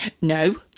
no